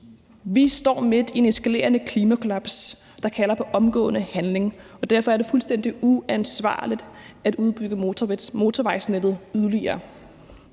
Vi står midt i et eskalerende klimakollaps, der kalder på omgående handling, og derfor er det fuldstændig uansvarligt at udbygge motorvejsnettet. Faktisk er